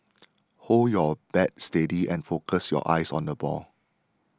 hold your bat steady and focus your eyes on the ball